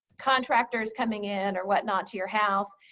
contractors coming in or whatnot to your house.